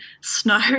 snow